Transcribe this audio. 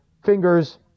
fingers